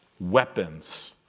weapons